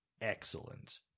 excellent